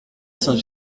saint